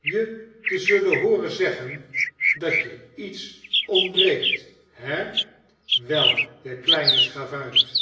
je te zullen hooren zeggen s dat je iets ontbreekt he wel jij kleine schavuit